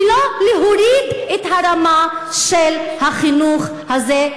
ולא להוריד את הרמה של החינוך הזה,